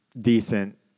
decent